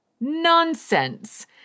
nonsense